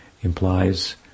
implies